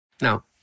Now